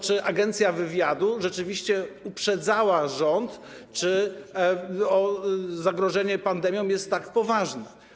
Czy Agencja Wywiadu rzeczywiście uprzedzała rząd, że zagrożenie pandemią jest tak poważne?